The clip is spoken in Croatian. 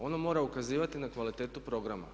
Ono mora ukazivati na kvalitetu programa.